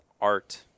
art